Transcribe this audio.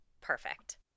perfect